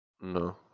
No